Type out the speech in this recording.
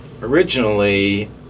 Originally